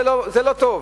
זה לא טוב,